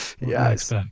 yes